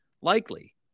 likely